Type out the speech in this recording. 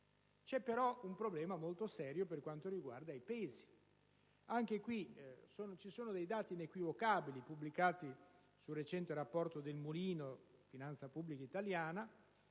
C'è però un problema molto serio per quanto riguarda i pesi. Anche qui ci sono dei dati inequivocabili, pubblicati nel recente rapporto sulla finanza pubblica italiana